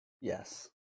Yes